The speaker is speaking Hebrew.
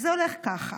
זה הולך ככה: